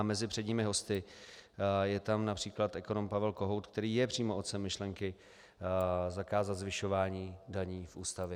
Mezi předními hosty je tam například ekonom Pavel Kohout, který je přímo otcem myšlenky zakázat zvyšování daní v Ústavě.